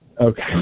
Okay